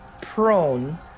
prone